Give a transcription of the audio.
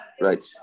right